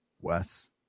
Wes